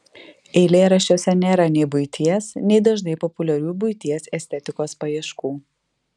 eilėraščiuose nėra nei buities nei dažnai populiarių buities estetikos paieškų